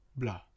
blah